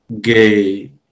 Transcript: gay